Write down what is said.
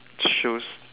shows